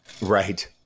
Right